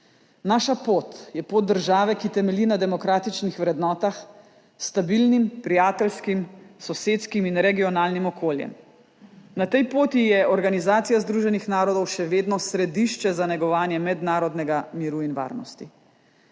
Naša pot je pot države, ki temelji na demokratičnih vrednotah s stabilnim, prijateljskim, sosedskim in regionalnim okoljem. Na tej poti je Organizacija združenih narodov še vedno središče za negovanje mednarodnega miru in varnosti.